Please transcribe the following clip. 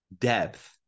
depth